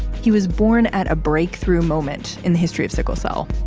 he was born at a breakthrough moment in the history of sickle cell.